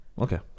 okay